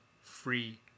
free